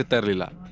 umbrella.